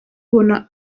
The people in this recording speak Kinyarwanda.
ubona